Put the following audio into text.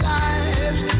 lives